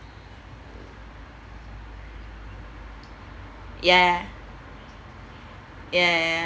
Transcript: ya ya ya ya